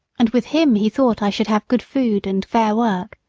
and with him he thought i should have good food and fair work.